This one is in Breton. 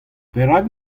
perak